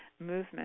movement